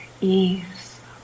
ease